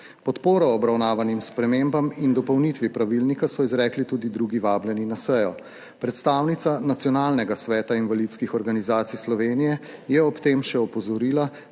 Podporo obravnavanim spremembam in dopolnitvi pravilnika so izrekli tudi drugi vabljeni na sejo. Predstavnica Nacionalnega sveta invalidskih organizacij Slovenije je ob tem še opozorila,